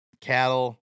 cattle